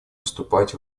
вступать